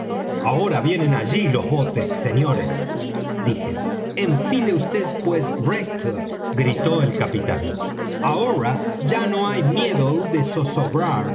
ahora vienen allí los botes señores dije enfile vd pues recto gritó el capitán ahora ya no hay miedo de zozobrar